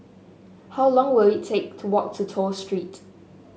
how long will it take to walk to Toh Street